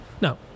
no